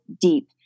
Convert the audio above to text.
deep